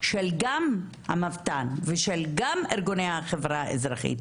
של המבת"ן ושל ארגוני החברה הארגונית,